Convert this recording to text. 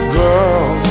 girl